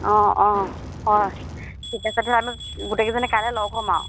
অঁ অঁ হয় ঠিক আছে তেতিয়াহ'লে আমি গোটেইকেইজনী কাইলৈ লগ হ'ম আৰু